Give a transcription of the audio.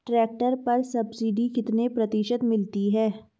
Tractor पर subsidy कितने प्रतिशत मिलती है?